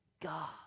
God